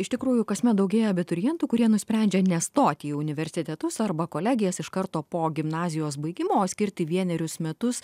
iš tikrųjų kasmet daugėja abiturientų kurie nusprendžia nestoti į universitetus arba kolegijas iš karto po gimnazijos baigimo skirti vienerius metus